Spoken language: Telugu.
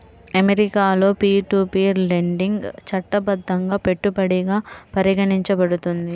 అమెరికాలో పీర్ టు పీర్ లెండింగ్ చట్టబద్ధంగా పెట్టుబడిగా పరిగణించబడుతుంది